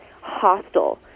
hostile